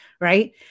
right